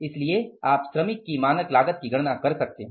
इसलिए आप श्रम की मानक लागत की गणना कर सकते हैं